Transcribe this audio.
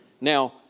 Now